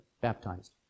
baptized